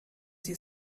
sie